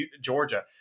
Georgia